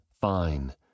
fine